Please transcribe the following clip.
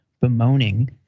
bemoaning